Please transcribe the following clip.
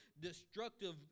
destructive